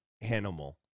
animal